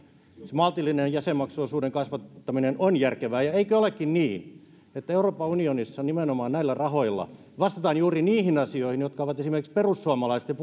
maltillinen jäsenmaksuosuuden kasvattaminen on järkevä eikö olekin niin että euroopan unionissa nimenomaan näillä rahoilla vastataan juuri niihin asioihin jotka ovat esimerkiksi perussuomalaisten